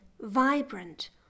vibrant